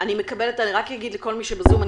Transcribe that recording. אגיד לכל מי שבזום,